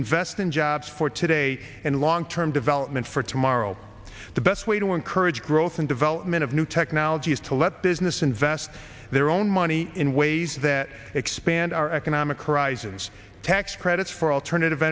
invest in jobs for today and long term development for tomorrow the best way to encourage growth and development of new technologies to let business invest their own money in ways that expand our economic arises tax credits for alternative